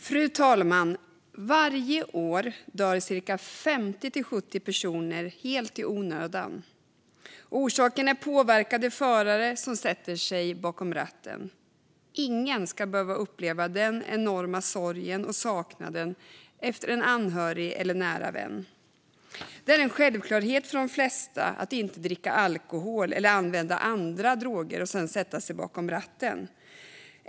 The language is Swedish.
Fru talman! Varje år dör 50-70 personer helt i onödan. Orsaken är påverkade förare som sätter sig bakom ratten. Ingen ska behöva uppleva den enorma sorgen och saknaden efter en anhörig eller nära vän. Det är en självklarhet för de flesta att inte dricka alkohol eller använda andra droger och sedan sätta sig bakom ratten.